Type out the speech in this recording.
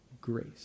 grace